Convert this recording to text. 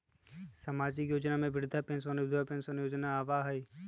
सामाजिक योजना में वृद्धा पेंसन और विधवा पेंसन योजना आबह ई?